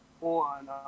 on